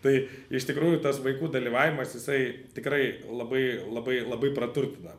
tai iš tikrųjų tas vaikų dalyvavimas jisai tikrai labai labai labai praturtina